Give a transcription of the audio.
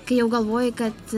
kai jau galvoji kad